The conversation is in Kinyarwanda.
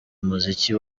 umuziki